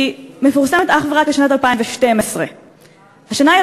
היא מפורסמת אך ורק לשנת 2012. השנה היא